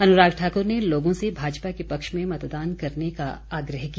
अनुराग ठाकुर ने लोगों से भाजपा के पक्ष में मतदान करने का आग्रह किया